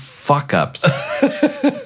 fuck-ups